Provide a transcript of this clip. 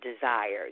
desires